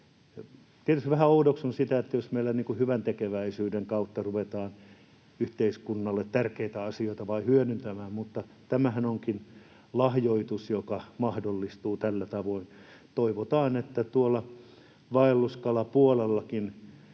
Tietysti vähän oudoksun sitä, jos meillä hyväntekeväisyyden kautta ruvetaan yhteiskunnalle tärkeitä asioita vain hyödyntämään, mutta tämähän onkin lahjoitus, joka mahdollistuu tällä tavoin. Toivotaan, että tuolla vaelluskalapuolellakin